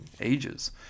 ages